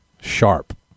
sharp